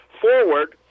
forward